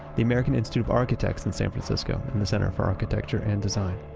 the american institute of architects in san francisco, and the center for architecture and design.